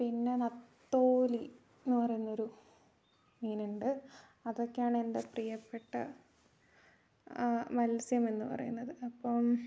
പിന്നെ നത്തോലി എന്ന് പറയുന്ന ഒരു മീൻ ഉണ്ട് അതൊക്കെയാണ് എൻ്റെ പ്രിയപ്പെട്ട മത്സ്യം എന്നു പറയുന്നത് അപ്പം